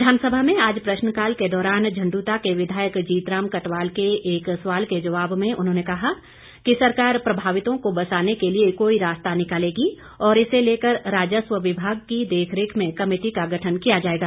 विधानसभा में आज प्रश्नकाल के दौरान झंडुता के विधायक जीतराम कटवाल के एक सवाल के जवाब में उन्होंने कहा कि सरकार प्रभावितों को बसाने के लिए कोई रास्ता निकालेगी और इसे लेकर राजस्व विभाग की देखरेख में कमेटी का गठन किया जाएगा